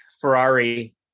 ferrari